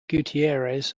gutierrez